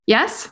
Yes